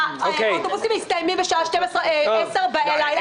שירות האוטובוסים מסתיים בשעה 10 בלילה.